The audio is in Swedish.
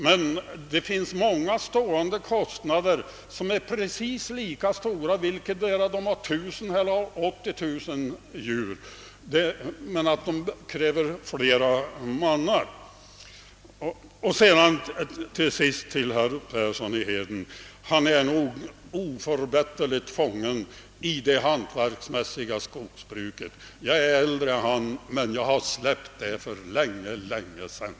Men det finns många fasta kostnader som är precis lika stora om man har 1000 eller 80 000 djur — låt vara att. det i det senare fallet krävs flera mannar för skötseln. Till. sist vill jag till herr Persson i Heden säga, att han nog är en oförbätterlig anhängare av det hantverksmässiga skogsbruket. Jag är äldre än han, men jag har släppt de tankarna för länge sedan.